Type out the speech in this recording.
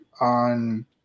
on